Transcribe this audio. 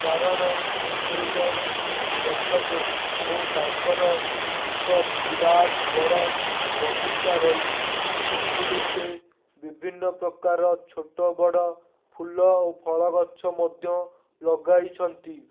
କାରଣ ସେ ଜଣେ ଗଛ ପ୍ରେମୀ ଓ ତାଙ୍କର ଏକ ବିରାଟ ବଡ଼ ବଗିଚା ରହିଛି ସେଥିରେ ସେ ବିଭିନ୍ନ ପ୍ରକାର ଛୋଟ ବଡ଼ ଫୁଲ ଓ ଫଳଗଛ ମଧ୍ୟ ଲଗାଇଛନ୍ତି